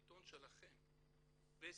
העיתון שלכם, וסטי,